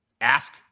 Ask